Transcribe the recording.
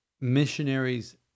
missionaries